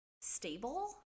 stable